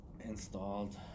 installed